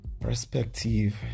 Perspective